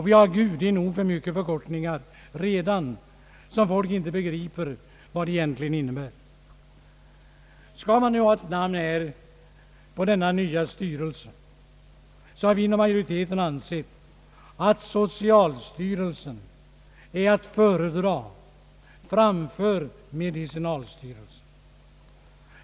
Vi har nog av förkortningar redan, som folk inte begriper den egentliga innebörden av. Vi inom utskottsmajoriteten har ansett, att namnet socialstyrelsen är att föredra framför <medicinalstyrelsen.